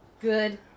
good